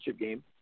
game